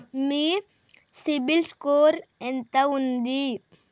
మీ CIBIL score ఎంత ఉంది?